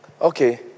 okay